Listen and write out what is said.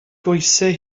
goesau